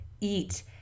eat